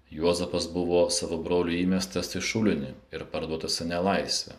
juozapas buvo savo brolio įmestas į šulinį ir parduotas į nelaisvę